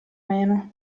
meno